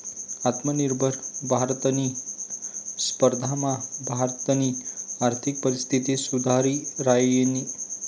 आत्मनिर्भर भारतनी स्पर्धामा भारतनी आर्थिक परिस्थिती सुधरि रायनी